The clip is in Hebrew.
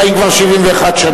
חיים כבר 71 שנה?